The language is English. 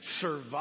survive